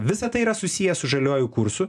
visa tai yra susiję su žaliuoju kursu